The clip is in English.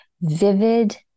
vivid